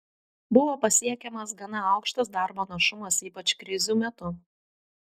buvo pasiekiamas gana aukštas darbo našumas ypač krizių metu